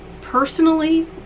personally